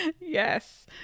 Yes